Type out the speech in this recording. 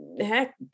heck